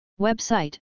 Website